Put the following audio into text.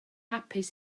hapus